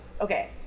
Okay